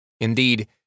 Indeed